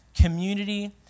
community